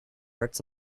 hurts